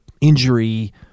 injury